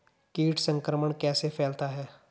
कीट संक्रमण कैसे फैलता है?